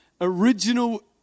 original